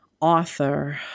author